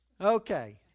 Okay